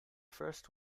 first